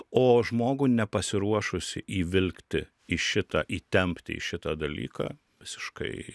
o žmogų nepasiruošus įvilkti į šitą įtempti į šitą dalyką visiškai